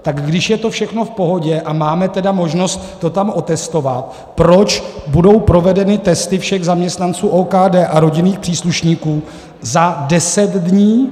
Tak když je to všechno v pohodě a máme tedy možnost to tam otestovat, proč budou provedeny testy všech zaměstnanců OKD a rodinných příslušníků za deset dní?